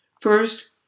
First